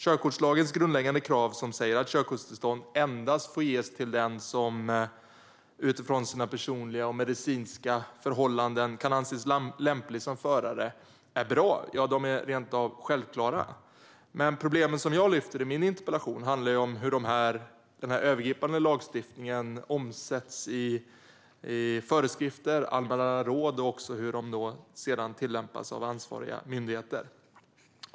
Körkortslagens grundläggande krav, som säger att körkortstillstånd endast får ges till den som utifrån sina personliga och medicinska förhållanden kan anses lämplig som förare, är bra, rent av självklara. Problemen som jag lyfter fram i min interpellation handlar om hur den här övergripande lagstiftningen omsätts i föreskrifter och allmänna råd och hur dessa sedan tillämpas av ansvariga myndigheter.